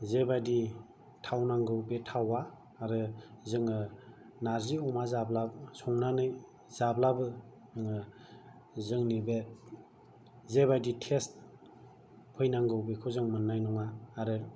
जेबायदि थावनांगौ बे थावआ आरो जोङो नार्जि अमा जाब्ला संनानै जाब्लाबो जोङो जोंनि बे जेबायदि टेस्ट फैनांगौ बेखौ जों मोननाय नङा आरो